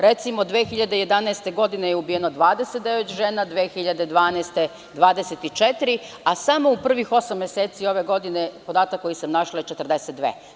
Recimo, 2011. godine je ubijeno 29 žena, 2012. godine 24, a samo u prvih osam meseci ove godine, podatak koji sam našla, je 42.